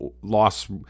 loss